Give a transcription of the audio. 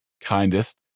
kindest